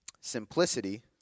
simplicity